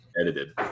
edited